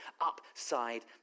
upside